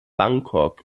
bangkok